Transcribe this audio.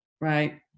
Right